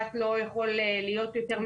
אפשר לראות את זה באתר שלנו גם כן.